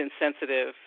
insensitive